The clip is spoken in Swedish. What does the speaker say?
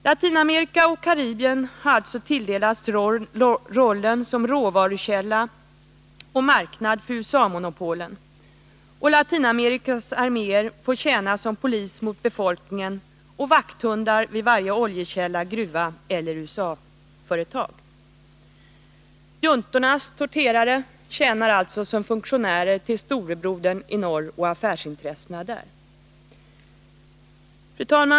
Latinamerika och Karibien har alltså tilldelats rollen som råvarukälla och marknad för USA-monopolen, och Latinamerikas arméer får tjäna som polis mot befolkningen och vakthundar vid varje oljekälla, gruva eller USA företag. Juntornas torterare och dödspatruller tjänar alltså som funktionärer till storebrodern i norr och affärsintressena där.